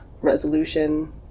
resolution